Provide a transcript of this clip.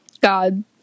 god